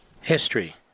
History